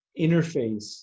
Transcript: interface